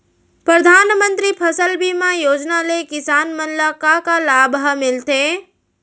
परधानमंतरी फसल बीमा योजना ले किसान मन ला का का लाभ ह मिलथे?